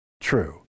True